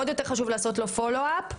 ועוד יותר חשוב לעשות לו follow up.